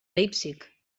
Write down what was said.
leipzig